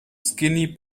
skinny